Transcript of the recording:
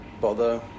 bother